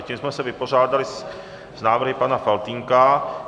Tím jsme se vypořádali s návrhy pana Faltýnka.